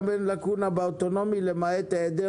גם אין לקונה ברכב אוטונומי למעט היעדר